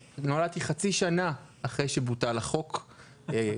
אני נולדתי כחצי שנה אחרי שבוטל החוק הזה,